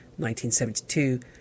1972